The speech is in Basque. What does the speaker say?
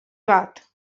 bat